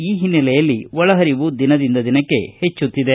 ಈ ಹಿನ್ನೆಲೆಯಲ್ಲಿ ಒಳಹರಿವು ದಿನದಿಂದ ದಿನಕ್ಕೆ ಹೆಚ್ಚುತ್ತಿದೆ